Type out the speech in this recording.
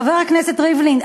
חבר הכנסת ריבלין,